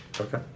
Okay